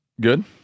Good